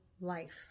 life